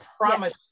promise